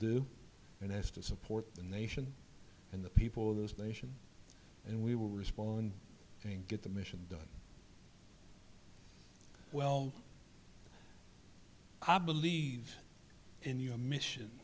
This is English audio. and has to support the nation and the people of this nation and we will respond and get the mission done well i believe in your mission